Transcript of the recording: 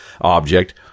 object